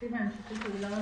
בתקציב ההמשכי של 2020,